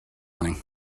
morning